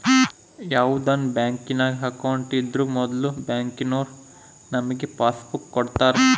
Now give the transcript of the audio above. ಯಾವುದನ ಬ್ಯಾಂಕಿನಾಗ ಅಕೌಂಟ್ ಇದ್ರೂ ಮೊದ್ಲು ಬ್ಯಾಂಕಿನೋರು ನಮಿಗೆ ಪಾಸ್ಬುಕ್ ಕೊಡ್ತಾರ